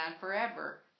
forever